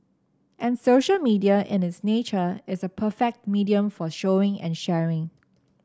and social media in its nature is a perfect medium for showing and sharing